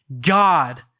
God